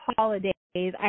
Holidays